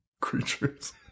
creatures